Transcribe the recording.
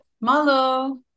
Malo